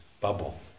bubble